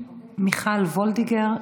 מיכל וולדיגר,